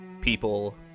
people